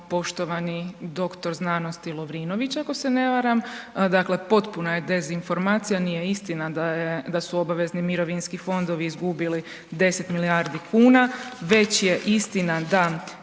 poštovani dr. znanosti Lovrinović, ako se ne varam, dakle potpuna je dezinformacija, nije istina da su obavezni mirovinski fondovi izgubili 10 milijardi kuna, već je istina daje